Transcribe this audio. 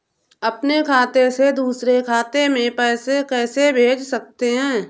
अपने खाते से दूसरे खाते में पैसे कैसे भेज सकते हैं?